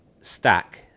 stack